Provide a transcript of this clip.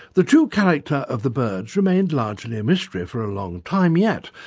the true character of the birds remained largely a mystery for a long time yet,